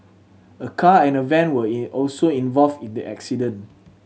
a car and a van were in also involved in the accident